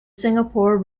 singapore